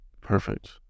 Perfect